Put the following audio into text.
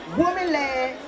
woman-led